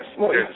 yes